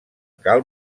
cal